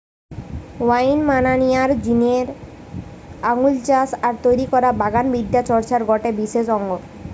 wine বানানিয়ার জিনে আঙ্গুর চাষ আর তৈরি করা বাগান বিদ্যা চর্চার গটে বিশেষ অঙ্গ